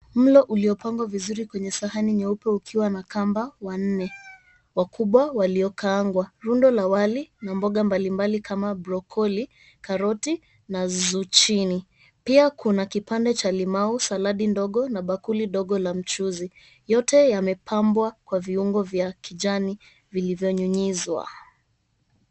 Mlo uliopangwa vizuri kwenye sahani nyeupe, ukiwa na kamba wanne wakubwa waliokaangwa. Rundo la wali na mboga mbalimbali kama brokoli, karoti na zuchini . Pia kuna kipande cha limau, saladi ndogo, na bakuli dogo la mchuzi. Uote yamepambwa kwa viungo vya kijani vilivyonyunyizwa.